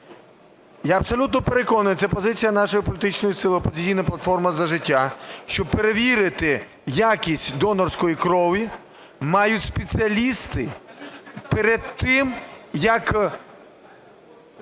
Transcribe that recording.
Я абсолютно переконаний, це позиція нашої політичної сили "Опозиційна платформа – За життя", що перевірити якість донорської крові мають спеціалісти перед тим, як